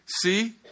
See